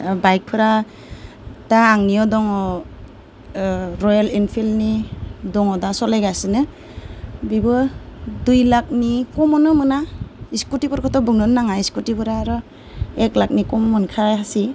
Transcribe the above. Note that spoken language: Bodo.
बाइकफोरा दा आंनियाव दङ रयेल इनफिल्दनि दङ दा सालायगासिनो बिबो दुइ लाखनि खमावनो मोना स्कुतिफोरखौथ' बुंनोनो नाङा स्कुटिफोरा आरो एग लाखनि कम मोनखाया